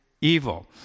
evil